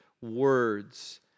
words